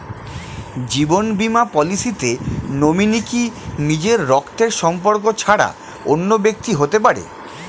জীবন বীমা পলিসিতে নমিনি কি নিজের রক্তের সম্পর্ক ছাড়া অন্য ব্যক্তি হতে পারে?